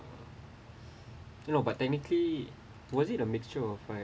you know but technically was it a mixture of like